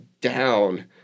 down